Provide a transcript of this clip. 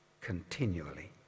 continually